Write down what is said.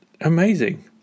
Amazing